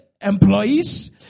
employees